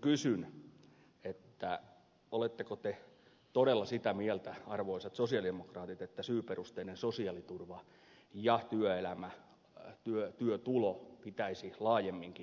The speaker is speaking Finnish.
kysyn oletteko te todella sitä mieltä arvoisat sosialidemokraatit että syyperusteinen sosiaaliturva ja työtulo pitäisi laajemminkin yhteensovittaa